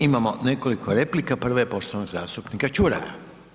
Imamo nekoliko replika, prva je poštovanog zastupnika Čuraja.